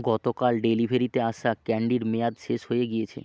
গতকাল ডেলিভেরিতে আসা ক্যান্ডির মেয়াদ শেষ হয়ে গিয়েছে